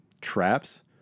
traps